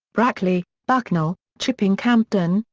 brackley, bucknell, chipping campden,